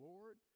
Lord